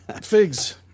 Figs